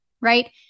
right